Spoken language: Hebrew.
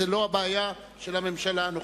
זאת לא הבעיה של הממשלה הנוכחית.